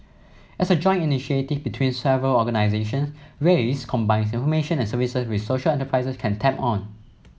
as a joint initiative between several organisations raise combines information and services which social enterprises can tap on